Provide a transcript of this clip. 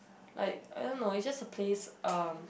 like I don't know is just a place uh